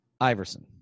Iverson